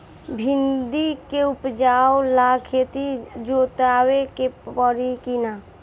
भिंदी के उपजाव ला खेत के जोतावे के परी कि ना?